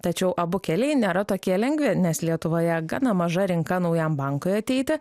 tačiau abu keliai nėra tokie lengvi nes lietuvoje gana maža rinka naujam bankui ateiti